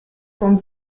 cent